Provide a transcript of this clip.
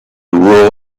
rural